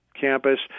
campus